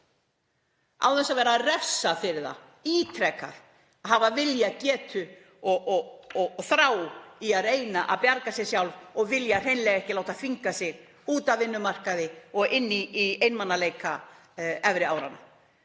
þess að vera ítrekað refsað fyrir það að hafa vilja, getu og þrá til að reyna að bjarga sér sjálft og vilja hreinlega ekki láta þvinga sig út af vinnumarkaði inn í einmanaleika efri áranna.